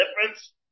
difference